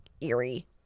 eerie